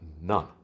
none